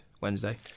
Wednesday